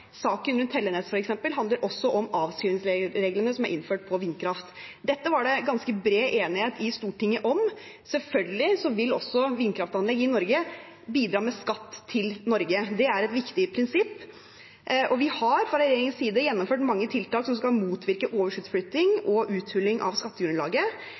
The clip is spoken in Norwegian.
saken rundt Tellenes også handler om avskrivningsreglene som er innført for vindkraft. Dette var det ganske bred enighet om i Stortinget. Selvfølgelig vil også vindkraftanlegg i Norge bidra med skatt til Norge. Det er et viktig prinsipp, og fra regjeringens side har vi gjennomført mange tiltak som skal motvirke overskuddsflytting og uthuling av skattegrunnlaget.